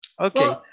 Okay